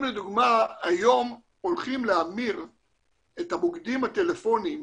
אם לדוגמה היום הולכים להמיר את המוקדים הטלפוניים